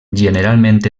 generalment